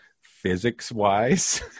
physics-wise